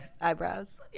Eyebrows